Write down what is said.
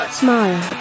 smile